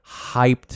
hyped